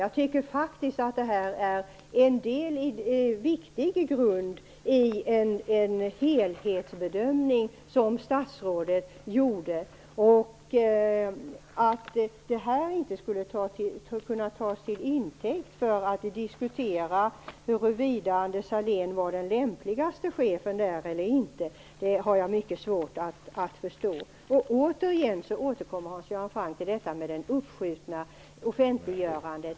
Jag tycker faktiskt att detta är en viktig grund för den helhetsbedömning som statsrådet gjorde. Att det här inte skulle kunna tas till intäkt för att vi diskuterar huruvida Anders Sahlén var den lämpligaste chefen eller inte har jag mycket svårt att förstå. Återigen återkommer Hans Göran Franck till det uppskjutna offentliggörandet.